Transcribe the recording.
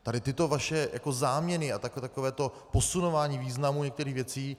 Tady tyto vaše záměny a takové to posunování významu některých věcí...